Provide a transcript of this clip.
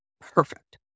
perfect